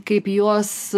kaip jos